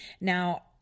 Now